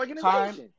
time